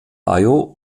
ohio